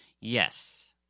Yes